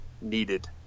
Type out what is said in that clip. needed